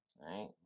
Right